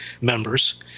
members